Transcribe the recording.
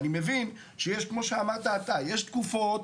אני מבין, כמו שאמרת אתה, יש תקופות,